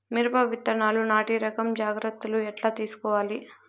మిరప విత్తనాలు నాటి రకం జాగ్రత్తలు ఎట్లా తీసుకోవాలి?